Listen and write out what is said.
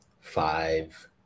five